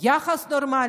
ויחס נורמלי.